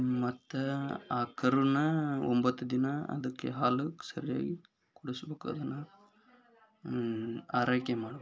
ಮತ್ತು ಆ ಕರುನ ಒಂಬತ್ತು ದಿನ ಅದಕ್ಕೆ ಹಾಲು ಸರಿಯಾಗಿ ಕುಡಿಸ್ಬೇಕು ಅದನ್ನು ಆರೈಕೆ ಮಾಡ್ಬೇಕು